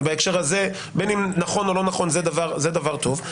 ובהקשר הזה, בין אם נכון או לא נכון, זה דבר טוב.